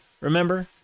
Remember